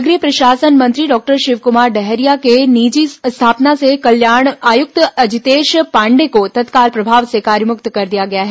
नगरीय प्रशासन मंत्री डॉक्टर शिवकुमार डहरिया के निजी स्थापना से कल्याण आयुक्त अजितेश पाण्डेय को तत्काल प्रभाव से कार्यमुक्त कर दिया गया है